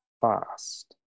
fast